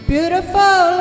Beautiful